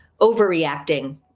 overreacting